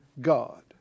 God